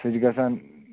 سُہ چھِ گژھان